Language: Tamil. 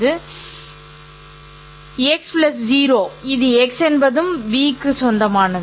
X 0 இது ́x என்பதும் v க்கு சொந்தமானது